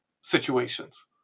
situations